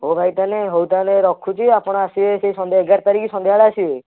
ହଉ ଭାଇ ତାହେଲେ ହଉ ତାହେଲେ ରଖୁଛି ଆପଣ ଆସିବେ ସେଇ ଏଗାର ତାରିଖ୍ ସନ୍ଧ୍ୟାବେଳେ ଆସିବେ